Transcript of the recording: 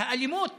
האלימות